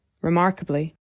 Remarkably